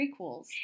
prequels